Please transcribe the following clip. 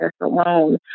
alone